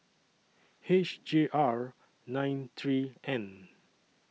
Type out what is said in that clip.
H J R nine three N